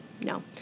no